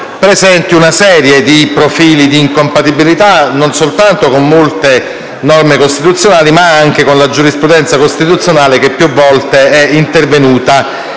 presenti una serie di profili d'incompatibilità, non soltanto con molte norme costituzionali, ma anche con la giurisprudenza costituzionale, che più volte è intervenuta